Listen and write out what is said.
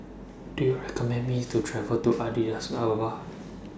Do YOU recommend Me to travel to Addis Ababa